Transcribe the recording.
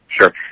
Sure